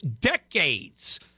decades